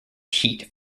heat